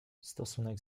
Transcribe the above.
stosunek